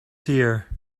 here